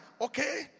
Okay